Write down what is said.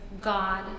God